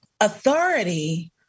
authority